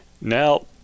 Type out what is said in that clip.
Now